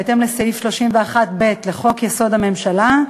בהתאם לסעיף 31(ב) לחוק-יסוד: הממשלה,